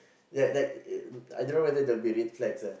like like uh I don't know whether there will be red flags ah